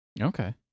Okay